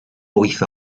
wyth